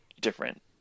different